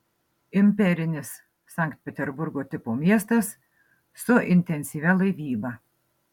imperinis sankt peterburgo tipo miestas su intensyvia laivyba